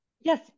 Yes